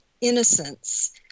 innocence